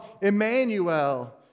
Emmanuel